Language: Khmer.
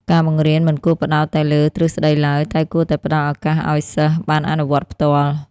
ការបង្រៀនមិនគួរផ្តោតតែលើទ្រឹស្តីឡើយ តែគួរតែផ្តល់ឱកាសឱ្យសិស្សបានអនុវត្តផ្ទាល់។